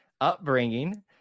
upbringing